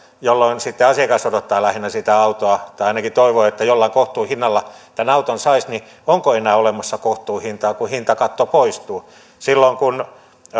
jolloin sitten asiakas lähinnä odottaa sitä autoa tai ainakin toivoo että jollain kohtuuhinnalla auton saisi niin onko enää olemassa kohtuuhintaa kun hintakatto poistuu silloin kun